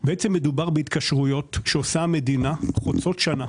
מדובר בהתקשרויות שעושה המדינה שהן חוצות שנה.